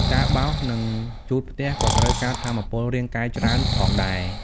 ការបោស និងជូតផ្ទះក៏ត្រូវការថាមពលរាងកាយច្រើនផងដែរ។